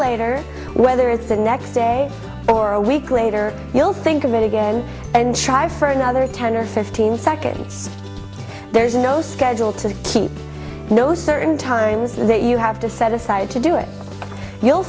later whether it's the next day or a week later you'll think of it again and try for another ten or fifteen seconds there's no schedule to keep you know certain times that you have to set aside to do it you'll